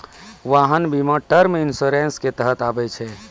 वाहन बीमा term insurance के तहत आबै छै